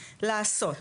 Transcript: " לעשות,